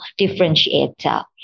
differentiator